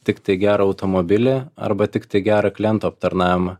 tiktai gerą automobilį arba tiktai gerą kliento aptarnavimą